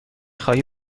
خواهی